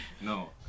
No